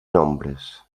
nombres